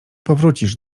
powrócisz